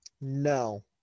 No